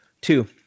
Two